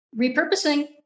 repurposing